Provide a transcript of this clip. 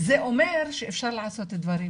זה אומר שאפשר לעשות את הדברים